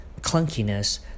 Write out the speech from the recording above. clunkiness